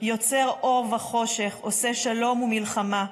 / יוצר אור וחושך / עושה שלום ומלחמה.